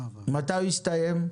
מתי הוא יסתיים?